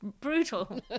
brutal